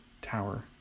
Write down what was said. tower